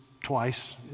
twice